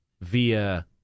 via